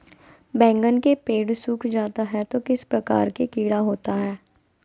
बैगन के पेड़ सूख जाता है तो किस प्रकार के कीड़ा होता है?